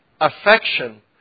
affection